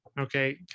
Okay